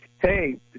hey